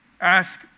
ask